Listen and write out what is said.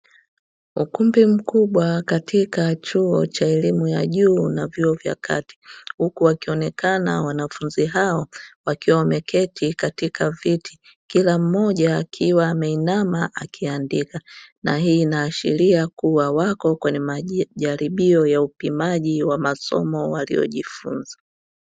Ukumbi mkubwa katika chuo cha elimu ya juu na vyuo vya kati huku wakionekana wanafunzi hao, wakiwa wameketi katika viti kila mmoja akiwa ameinama akiandika na hii inaashiria kuwa wako kwenye majaribio ya upimaji wa masomo waliojifunza.